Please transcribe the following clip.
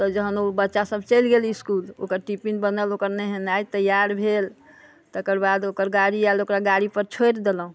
तब जखन बच्चा सभ चलि गेल इसकुल ओकर टिफिन बनल ओकर नेहनाइ तैयार भेल तेकर बाद ओकर गाड़ी आयल ओकरा गाड़ी पर छोड़ि देलहुँ